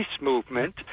movement